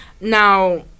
Now